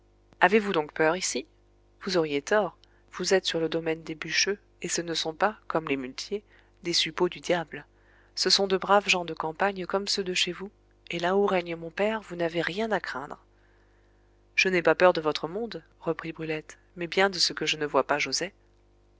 avez-vous donc peur ici vous auriez tort vous êtes sur le domaine des bûcheux et ce ne sont pas comme les muletiers des suppôts du diable ce sont de braves gens de campagne comme ceux de chez vous et là où règne mon père vous n'avez rien à craindre je n'ai pas peur de votre monde reprit brulette mais bien de ce que je ne vois pas joset